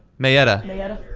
mayetta. mayetta,